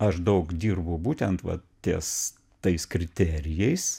aš daug dirbu būtent vat ties tais kriterijais